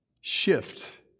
shift